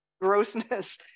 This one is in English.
grossness